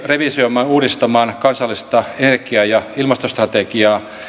revisioimaan ja uudistamaan kansallista energia ja ilmastostrategiaa